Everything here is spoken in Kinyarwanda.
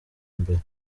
mbere